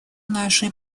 нашей